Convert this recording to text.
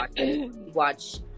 watch